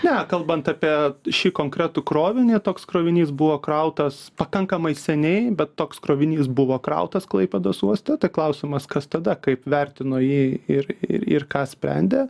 ne kalbant apie šį konkretų krovinį toks krovinys buvo krautas pakankamai seniai bet toks krovinys buvo krautas klaipėdos uoste tai klausimas kas tada kaip vertino jį ir ir ką sprendė